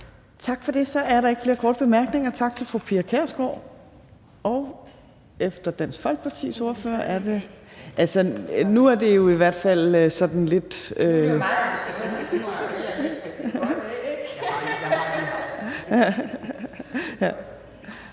Tak for det. Så er der ikke flere korte bemærkninger. Tak til fru Pia Kjærsgaard, og efter Dansk Folkepartis ordfører er det hr. Rasmus Nordqvist fra Socialistisk